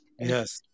Yes